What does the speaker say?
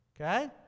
Okay